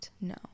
no